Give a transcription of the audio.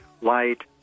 light